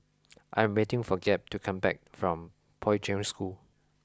I am waiting for Gabe to come back from Poi Ching School